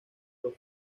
los